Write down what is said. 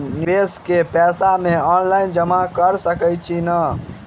निवेश केँ पैसा मे ऑनलाइन जमा कैर सकै छी नै?